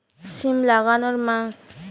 সিম লাগানোর মাস?